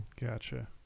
Gotcha